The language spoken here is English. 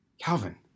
Calvin